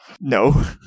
No